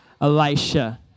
Elisha